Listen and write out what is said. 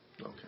Okay